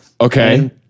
Okay